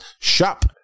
shop